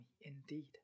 indeed